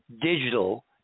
digital